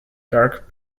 dark